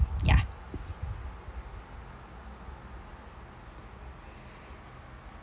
yeah